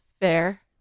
fair